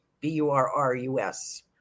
B-U-R-R-U-S